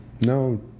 No